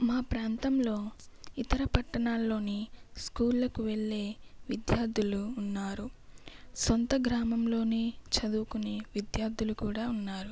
మా ప్రాంతంలో ఇతర పట్టణాల్లోని స్కూళ్ళకు వెళ్ళే విద్యార్థులు ఉన్నారు సొంత గ్రామంలోనే చదువుకునే విద్యార్థులు కూడా ఉన్నారు